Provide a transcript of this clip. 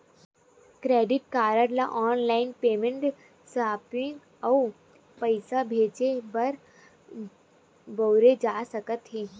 credit card ल online payment, shopping अउ पइसा भेजे बर बउरे जा सकत हे